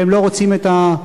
והם לא רוצים את השינוי.